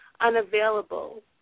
unavailable